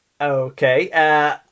Okay